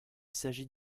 s’agit